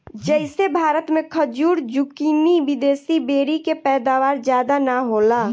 जइसे भारत मे खजूर, जूकीनी, विदेशी बेरी के पैदावार ज्यादा ना होला